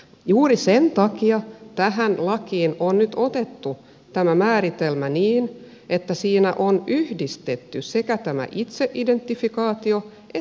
juuri sen takia tähän lakiin on nyt otettu tämä määritelmä niin että siinä on yhdistetty sekä tämä itseidentifikaatio että ryhmäidentifikaatio